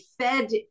fed